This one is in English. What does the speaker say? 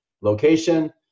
location